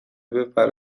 بپره